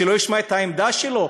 שלא ישמע את העמדה שלו?